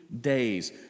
days